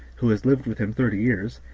who has lived with him thirty years,